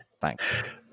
Thanks